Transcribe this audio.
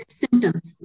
symptoms